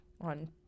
on